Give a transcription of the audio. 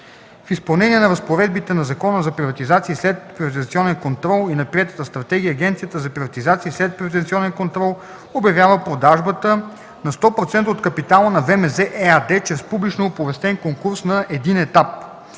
В изпълнение на разпоредбите на Закона за приватизация и следприватизационен контрол и на приетата стратегия Агенцията за приватизация и следприватизационен контрол обявява продажбата на 100% от капитала на ВМЗ ЕАД чрез публично оповестен конкурс на един етап.